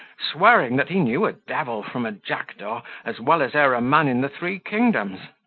swearing that he knew a devil from a jackdaw as well as e'er a man in the three kingdoms.